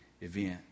event